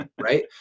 right